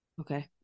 okay